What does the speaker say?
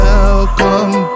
Welcome